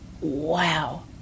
Wow